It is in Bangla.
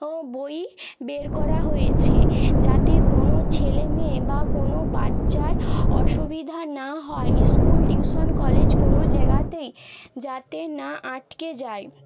ও বই বের করা হয়েছে যাতে কোনো ছেলে মেয়ে বা কোনো বাচ্চার অসুবিধা না হয় স্কুল টিউশন কলেজ কোনো জায়গাতেই যাতে না আটকে যায়